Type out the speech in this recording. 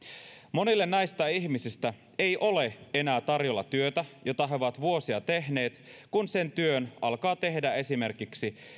monille näistä ihmisistä ei ole enää tarjolla työtä jota he ovat vuosia tehneet kun sen työn alkaa tehdä esimerkiksi